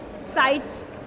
sites